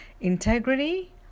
Integrity